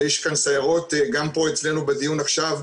יש סיירות גם פה אצלנו בדיון עכשיו,